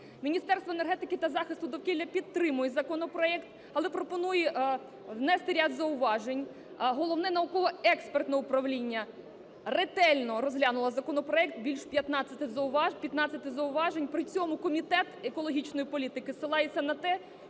Міністерство енергетики та захисту довкілля підтримує законопроект. Але пропонує внести ряд зауважень. Головне науково-експертне управління ретельно розглянуло законопроект, більше 15 зауважень. При цьому Комітет екологічної політики посилається на те,